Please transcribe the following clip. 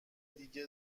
دیگه